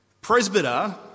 Presbyter